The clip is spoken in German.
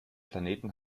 planeten